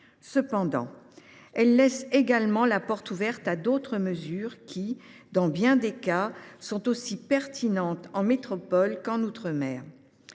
métropole. Elle laisse toutefois la porte ouverte à d’autres mesures qui, dans bien des cas, sont aussi pertinentes en métropole qu’outre mer.